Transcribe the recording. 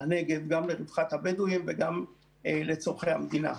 הנגב גם לרווחת הבדואים וגם לצורכי המדינה.